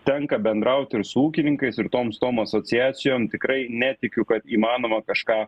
tenka bendraut ir su ūkininkais ir tom su tom asociacijom tikrai netikiu kad įmanoma kažką